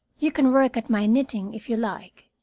you can work at my knitting if you like.